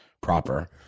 proper